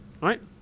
right